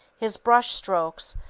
his brush strokes,